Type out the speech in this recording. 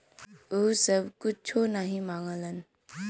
उ सब कुच्छो नाही माँगलन